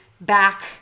back